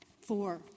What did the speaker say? four